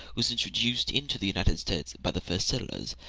was introduced into the united states by the first settlers,